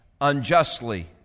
unjustly